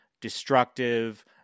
destructive